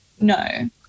no